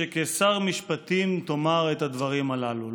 שכשר משפטים תאמר את הדברים הללו.